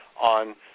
on